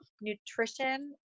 nutrition